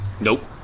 Nope